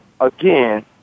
again